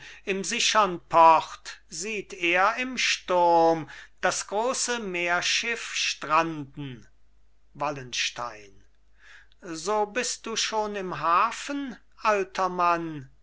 im sichern port sieht er im sturm das große meerschiff stranden wallenstein so bist du schon im hafen alter mann